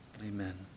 Amen